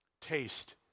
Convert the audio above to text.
Taste